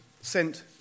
sent